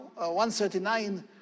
139